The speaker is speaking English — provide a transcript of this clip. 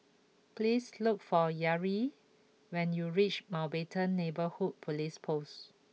please look for Yareli when you reach Mountbatten Neighbourhood Police Post